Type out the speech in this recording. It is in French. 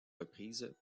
reprises